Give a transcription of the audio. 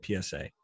PSA